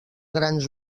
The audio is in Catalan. grans